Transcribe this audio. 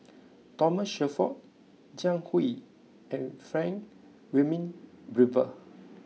Thomas Shelford Jiang Hu and Frank Wilmin Brewer